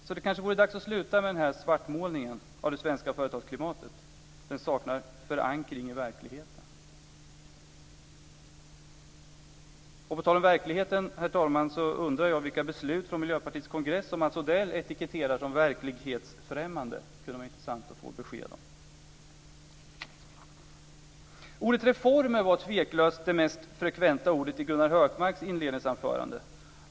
Så det vore kanske dags att sluta med svartmålningen av det svenska företagsklimatet. Den saknar förankring i verkligheten. Herr talman! På tal om verkligheten undrar jag vilka beslut på Miljöpartiets kongress som Mats Odell etiketterar som verklighetsfrämmande. Det skulle vara intressant att få besked om det. Ordet reformer var tveklöst det mest frekventa ordet i Gunnar Hökmarks inledningsanförande.